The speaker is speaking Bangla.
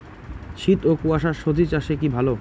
শীত ও কুয়াশা স্বজি চাষে কি ভালো?